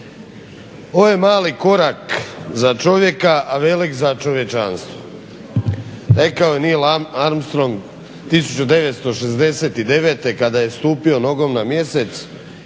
"Ovo je mali korak za čovjeka, a velik za čovječanstvo", rekao je Neil Armstrong 1969. kada je stupio nogom na mjesec